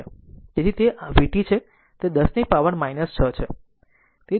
તેથી તે v t છે તે 10 ની પાવર 6 છે